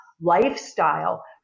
lifestyle